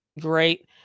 great